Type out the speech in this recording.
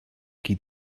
qui